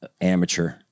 amateur